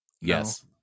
Yes